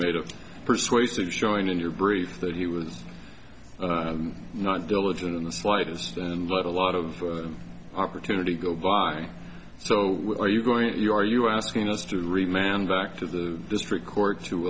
made a persuasive showing in your brief that he was not diligent in the slightest and let a lot of opportunity go by so are you going to you are you asking us to remember back to the district court to